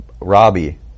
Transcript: Robbie